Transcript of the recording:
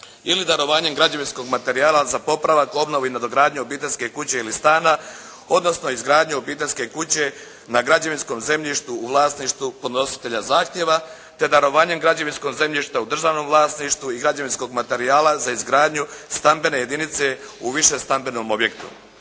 ili darovanjem građevinskog materijala za popravak, obnovu i nadogradnju obiteljske kuće ili stana, odnosno izgradnju obiteljske kuće na građevinskom zemljištu u vlasništvu podnositelja zahtjeva, te darovanjem građevinskog zemljišta u državnom vlasništvu i građevinskog materijala za izgradnju stambene jedinice u višestambenom objektu,